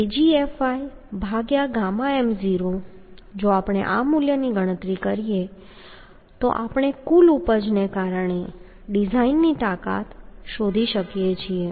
તેથી AgfyƔm0 જો આપણે આ મૂલ્યની ગણતરી કરીએ તો આપણે કુલ ઉપજને કારણે ડિઝાઇનની તાકાત શોધી શકીએ છીએ